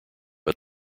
but